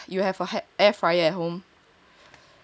then I suppose you have a you have a air fryer at home